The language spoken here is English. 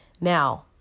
Now